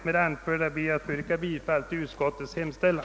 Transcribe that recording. Med det anförda ber jag att få yrka bifall till utskottets hemställan.